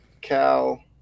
Cal